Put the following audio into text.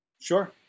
Sure